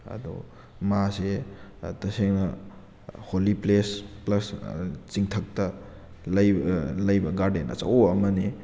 ꯑꯗꯣ ꯃꯥꯁꯦ ꯇꯁꯦꯡꯅ ꯍꯣꯂꯤ ꯄ꯭ꯂꯦꯁ ꯄ꯭ꯂꯁ ꯆꯤꯡꯊꯛꯇ ꯂꯩꯕ ꯂꯩꯕ ꯒꯥꯔꯗꯦꯟ ꯑꯆꯧꯕ ꯑꯃꯅꯤ